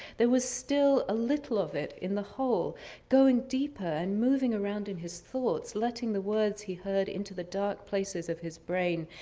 there was still a little of it in the hole going deeper and moving around in his thoughts, letting the words he heard into the dark places of his brain.